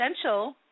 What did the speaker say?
essential